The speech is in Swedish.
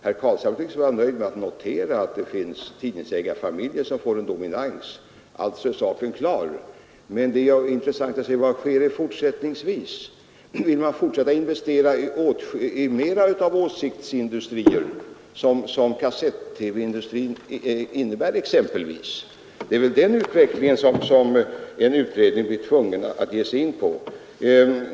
Herr Carlshamre tycks vara nöjd med att notera att det finns tidningsägarfamiljer som har en dominans — sedan är saken klar. Men det är intressant att se vad som skall ske fortsättningsvis. Vill man fortsätta att investera i mera av åsiktsindustrier, som exempelvis kassett-TV-industrin innebär? Det är väl en sådan utveckling som en utredning blir tvungen att ta ställning till.